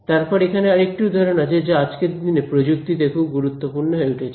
এরপর এখানে আরেকটি উদাহরণ আছে যা আজকের দিনে প্রযুক্তিতে খুব গুরুত্বপূর্ণ হয়ে উঠেছে